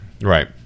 Right